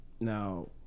Now